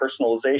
personalization